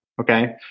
okay